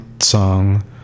song